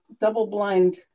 double-blind